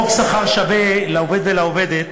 חוק שכר שווה לעובדת ולעובד,